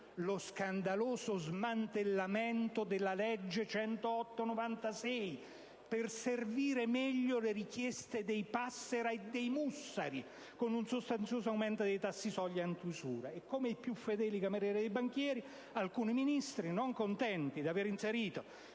lo scandaloso smantellamento della legge n. 108 del 1996, per servire al meglio le richieste dei Passera e dei Mussari, con un sostanzioso aumento dei tassi soglia antiusura. E come i più fedeli camerieri dei banchieri, non contenti di aver inserito